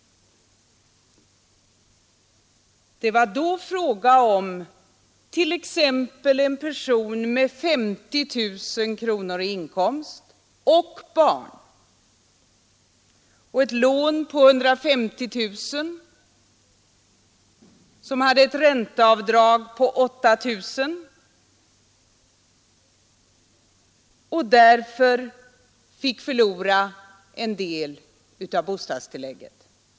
Det var då fråga om t.ex. en person med 50 000 kronor i inkomst och med barn. Han hade ett lån på 150 000 kronor och fick ett ränteavdrag på 8 000 kronor, och därför förlorade han en del av bostadstillägget.